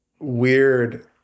weird